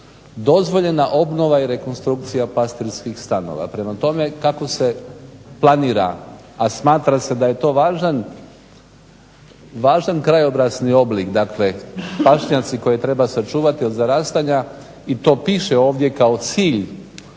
dozvoljena obnova i rekonstrukcija pastirskih stanova. Prema tome kako se planira, a smatra se da je to važan krajobrazni oblik dakle pašnjaci koje treba sačuvati od zarastanja i to piše ovdje kao cilj